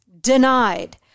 Denied